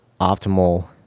optimal